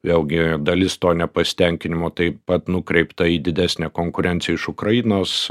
vėlgi dalis to nepasitenkinimo taip pat nukreipta į didesnę konkurenciją iš ukrainos